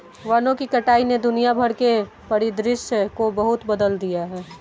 वनों की कटाई ने दुनिया भर के परिदृश्य को बहुत बदल दिया है